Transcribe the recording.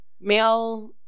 Male